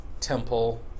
Temple